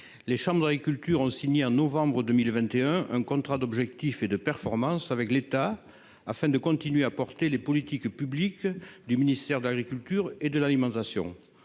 les chambres d'agriculture ont signé en novembre 2021, un contrat d'objectifs et de performance avec l'État afin de continuer à porter les politiques publiques du ministère de l'agriculture et de l'alimentation,